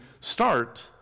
start